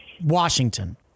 washington